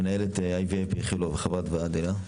מנהלת IVF באיכילוב וחברת ועד איל"ה,